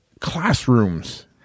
classrooms